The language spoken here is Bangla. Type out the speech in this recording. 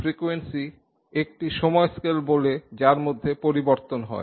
1frequemcy একটি সময় স্কেল বলে যার মধ্যে পরিবর্তন হয়